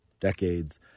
decades